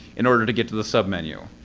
in order to get to the submenu.